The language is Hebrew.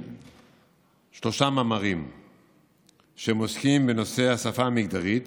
שלושה מאמרים שעוסקים בנושא השפה המגדרית,